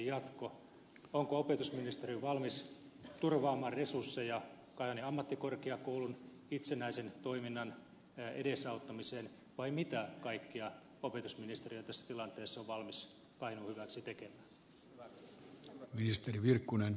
onko opetusministeriö valmis turvaamaan resursseja kajaanin ammattikorkeakoulun itsenäisen toiminnan edesauttamiseen vai mitä kaikkea opetusministeriö tässä tilanteessa on valmis kainuun hyväksi tekemään